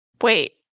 Wait